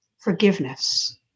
Forgiveness